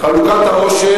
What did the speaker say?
חלוקת העושר.